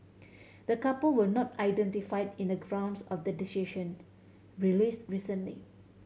the couple were not identified in the grounds of decision released recently